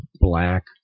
black